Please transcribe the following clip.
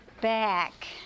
back